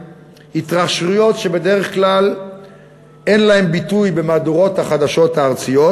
התרחשויות שבדרך כלל אין להן ביטוי במהדורות החדשות הארציות,